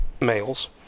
males